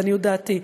לעניות דעתי.